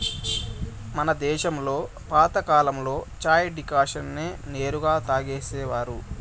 మన దేశంలో పాతకాలంలో చాయ్ డికాషన్ నే నేరుగా తాగేసేవారు